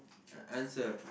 uh answer